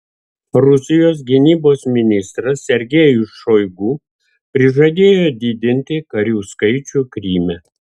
rusijos gynybos ministras sergejus šoigu prižadėjo didinti karių skaičių kryme